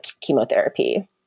chemotherapy